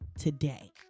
today